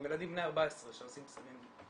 עם ילדים בני 14 שעושים סמים,